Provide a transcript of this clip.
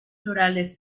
florales